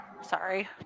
Sorry